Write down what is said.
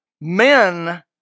Men